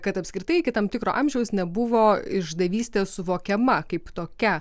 kad apskritai iki tam tikro amžiaus nebuvo išdavystė suvokiama kaip tokia